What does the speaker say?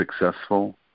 successful